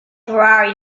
ferrari